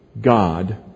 God